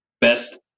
best